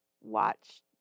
watch